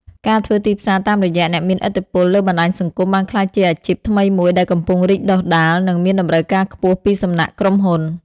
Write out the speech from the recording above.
ការធ្វើទីផ្សារតាមរយៈអ្នកមានឥទ្ធិពលលើបណ្តាញសង្គម បានក្លាយជាអាជីពថ្មីមួយដែលកំពុងរីកដុះដាល និងមានតម្រូវការខ្ពស់ពីសំណាក់ក្រុមហ៊ុន។